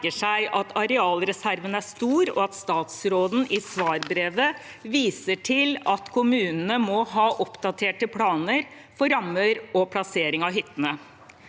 at arealreserven er stor, og at statsråden i svarbrevet viser til at kommunene må ha oppdaterte planer for rammer og plassering av hyttene.